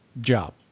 job